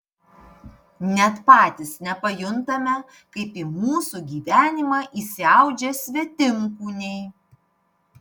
net patys nepajuntame kaip į mūsų gyvenimą įsiaudžia svetimkūniai